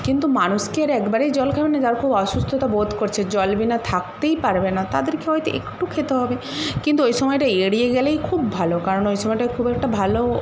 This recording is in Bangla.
কিন্তু মানুষ কি আর একবারেই জল খাবে না যার খুব অসুস্থতা বোধ করছে জল বিনা থাকতেই পারবে না তাদেরকে হয়তো একটু খেতে হবে কিন্তু ওই সময়টা এড়িয়ে গেলেই খুব ভালো কারণ ওই সময়টায় খুব একটা ভালো